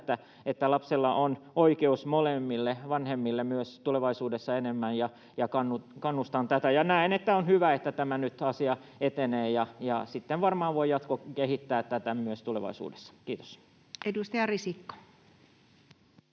että lapsella on paremmin oikeus molempiin vanhempiin myös tulevaisuudessa, ja kannustan tähän. Näen, että on hyvä, että tämä asia nyt etenee, ja tätä sitten varmaan voi myös jatkokehittää tulevaisuudessa. — Kiitos. Edustaja Risikko.